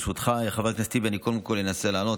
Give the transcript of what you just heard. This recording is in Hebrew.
ברשותך, חבר הכנסת טיבי, אני קודם כול אנסה לענות.